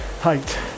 height